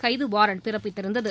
கைது வாராண்ட் பிறப்பித்திருந்தது